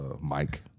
Mike